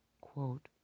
Quote